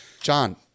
John